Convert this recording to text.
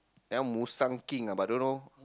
that one musang-king lah but I don't know